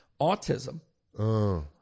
autism